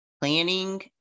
planning